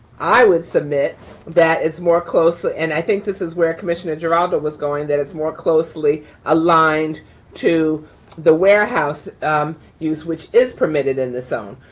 i would submit that it's more closely. and i think this is where commissioner geraldo was going, that it's more closely aligned to a warehouse use, which is permitted in the zone.